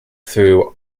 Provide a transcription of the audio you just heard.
through